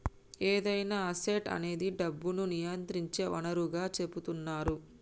ఏదైనా అసెట్ అనేది డబ్బును నియంత్రించే వనరుగా సెపుతున్నరు